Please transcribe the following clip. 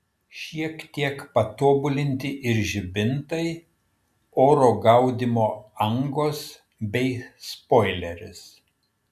šiek tiek patobulinti ir žibintai oro gaudymo angos bei spoileris